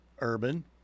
urban